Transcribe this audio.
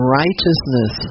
righteousness